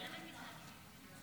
בבקשה.